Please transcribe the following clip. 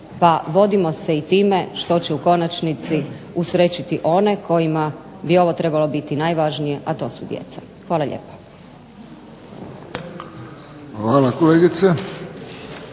pa vodimo se i time što će u konačnici usrećiti one kojima bi ovo trebalo biti najvažnije, a to su djeca. Hvala lijepa. **Friščić,